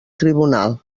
tribunal